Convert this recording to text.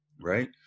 right